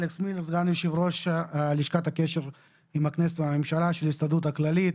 אני סגן יושב-ראש לשכת הקשר עם הכנסת והממשלה של ההסתדרות הכללית.